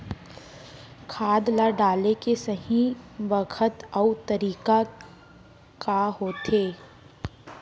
खाद ल डाले के सही बखत अऊ तरीका का होथे?